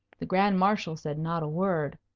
the grand marshal said not a word.